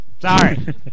Sorry